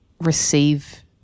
receive